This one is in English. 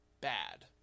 bad